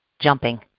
jumping